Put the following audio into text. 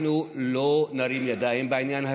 אנחנו לא נרים ידיים בעניין הזה,